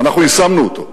ואנחנו יישמנו אותו.